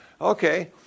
Okay